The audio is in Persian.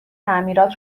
تعمیرات